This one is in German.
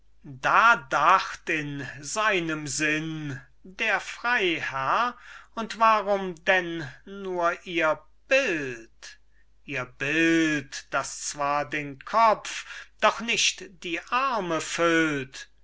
da dacht in seinem sinn der freiherr und warum denn nur ihr bild ihr bild das zwar den kopf doch nicht die arme füllt